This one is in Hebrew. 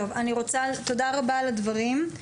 תודה רבה על הדברים.